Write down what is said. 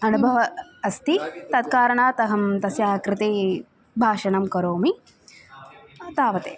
अनुभवः अस्ति तत् कारणात् अहं तस्याः कृते भाषणं करोमि तावदेव